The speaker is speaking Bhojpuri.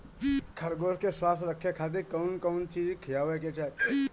खरगोश के स्वस्थ रखे खातिर कउन कउन चिज खिआवे के चाही?